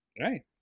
Right